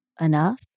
enough